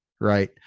right